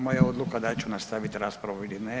Moja je odluka sa ću nastaviti raspravu ili ne.